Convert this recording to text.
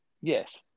Yes